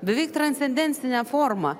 beveik transcendentinę formą